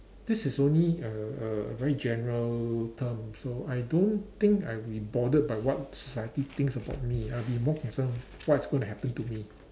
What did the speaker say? this is only a a very general term so I don't think I'll be bothered by what society thinks about me I'll be more concerned what is going to happen to me